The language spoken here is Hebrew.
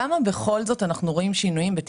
כמה שינוים בכל זאת אנחנו רואים בטופסי